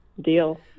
deal